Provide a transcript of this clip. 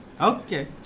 Okay